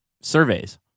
surveys